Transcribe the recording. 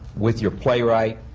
with your playwright,